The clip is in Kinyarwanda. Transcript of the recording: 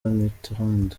mitterand